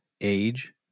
age